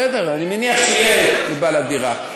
בסדר, אני מניח שיהיה עם בעל הדירה.